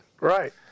right